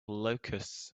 locusts